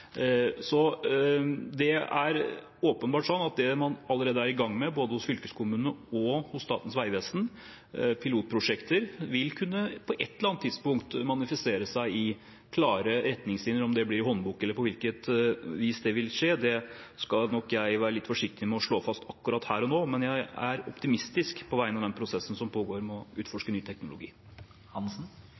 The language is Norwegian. Det er åpenbart slik at det man allerede er i gang med hos både fylkeskommunen og Statens vegvesen av pilotprosjekter, på et eller annet tidspunkt vil manifestere seg i klare retningslinjer. Om det blir i håndbok eller på annet vis, skal nok jeg være forsiktig med å slå fast akkurat her og nå, men jeg er optimistisk på vegne av prosessen som pågår med å utforske ny teknologi.